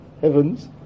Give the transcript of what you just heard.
heavens